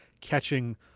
catching